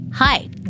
Hi